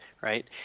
right